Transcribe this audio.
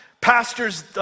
pastors